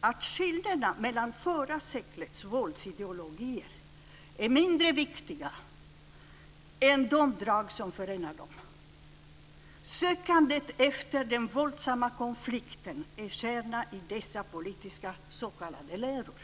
att skillnaderna mot förra seklets våldsideologier är mindre viktiga än de drag som förenar dem. Sökandet efter den våldsamma konflikten är kärnan i dessa politiska s.k. läror.